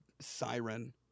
siren